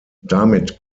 damit